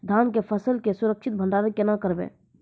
धान के फसल के सुरक्षित भंडारण केना करबै?